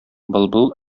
былбыл